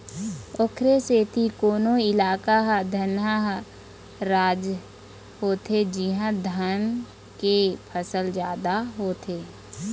ओखरे सेती कोनो इलाका ह धनहा राज होथे जिहाँ धान के फसल जादा होथे